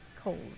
cold